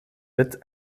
wit